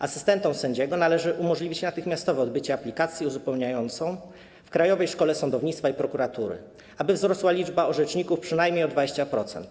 Asystentom sędziego należy umożliwić natychmiastowe odbycie aplikacji uzupełniającej w Krajowej Szkole Sądownictwa i Prokuratury, aby wzrosła liczba orzeczników przynajmniej o 20%.